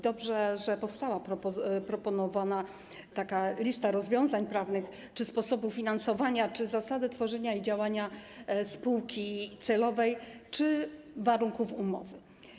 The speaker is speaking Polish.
Dobrze, że powstała proponowana lista rozwiązań prawnych - czy sposobu finansowania, czy zasady tworzenia i działania spółki celowej, czy warunków umowy.